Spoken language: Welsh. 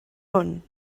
hwn